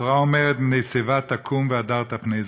התורה אומרת: "מפני שיבה תקום והדרת פני זקן".